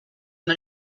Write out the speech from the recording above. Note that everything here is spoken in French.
une